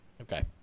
Okay